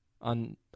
on